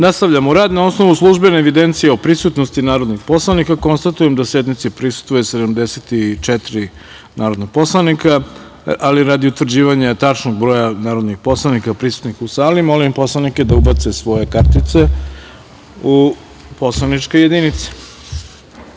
rad. Na osnovu službene evidencije o prisutnosti narodnih poslanika, konstatujem da sednici prisustvuju 74 narodna poslanika. Radi utvrđivanja tačnog broja narodnih poslanika prisutnih u sali, molim poslanike da ubace svoje identifikacione kartice u poslaničke jedinice